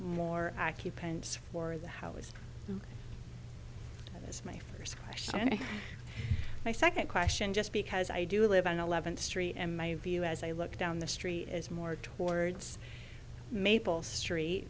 more accurate pens for the how was this my first question and my second question just because i do live on eleventh street and my view as i look down the street as more towards maple street